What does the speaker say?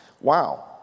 Wow